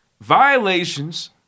Violations